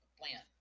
plan